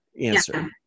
answer